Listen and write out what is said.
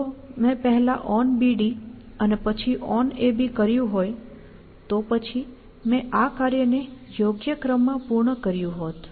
જો મેં પહેલા onBD અને પછી onAB કર્યું હોય તો પછી મેં આ કાર્યને યોગ્ય ક્રમમાં પૂર્ણ કર્યું હોત